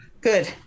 good